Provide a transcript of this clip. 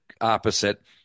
opposite